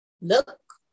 look